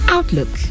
Outlook